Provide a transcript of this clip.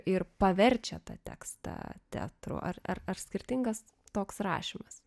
ir paverčia tą tekstą teatrų ar skirtingas toks rašymas